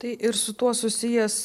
tai ir su tuo susijęs